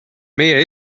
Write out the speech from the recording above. meie